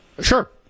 Sure